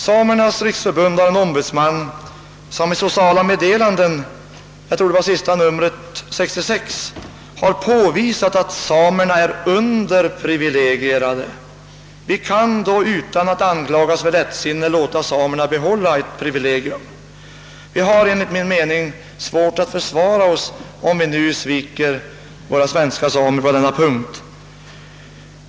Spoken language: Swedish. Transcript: Samernas riksförbund har en ombudsman som i Sociala meddelanden, jag tror det var sista numret 1966, har påvisat att samerna är underprivilegierade. Vi kan då utan att anklagas för lättsinne låta samerna behålla ett privilegium. Enligt min mening får vi svårt att försvara Oss, om vi nu sviker våra svenska samer på denna punkt.